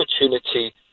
opportunity